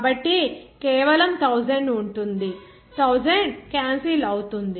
కాబట్టి కేవలం 1000 ఉంటుంది 1000 క్యాన్సిల్ అవుతుంది